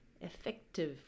Effective